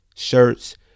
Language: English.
shirts